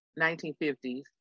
1950s